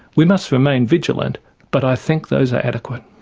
we must remain vigilant but i think those are adequate.